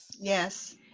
Yes